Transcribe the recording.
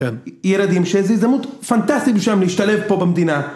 ילדים שזה הזדמנות פנטסטית שם להשתלב פה במדינה